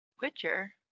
Witcher